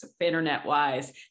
internet-wise